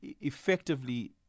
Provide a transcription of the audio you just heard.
effectively